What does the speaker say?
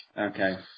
Okay